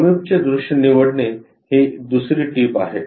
समीपचे दृश्य निवडणे ही दुसरी टीप आहे